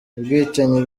ubwicanyi